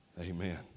Amen